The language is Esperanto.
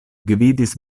gvidis